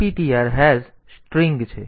તેથી આ સ્ટ્રીંગને એક સરનામું મળ્યું છે